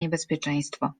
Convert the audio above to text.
niebezpieczeństwo